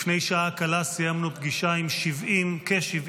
לפני שעה קלה סיימנו פגישה קלה עם כ-70